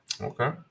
Okay